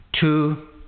two